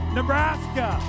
Nebraska